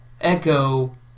echo